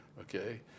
Okay